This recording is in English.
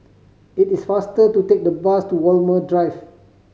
it is faster to take the bus to Walmer Drive